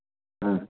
ꯑꯥ